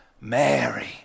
Mary